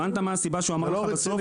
הבנת מה הסיבה שהוא אמר לך בסוף?